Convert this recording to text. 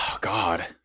God